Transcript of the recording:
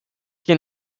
can